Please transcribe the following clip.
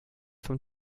vom